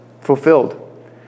fulfilled